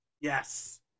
Yes